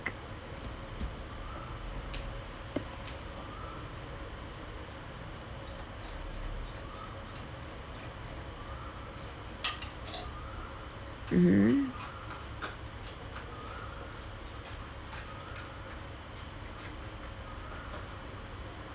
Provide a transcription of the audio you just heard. mmhmm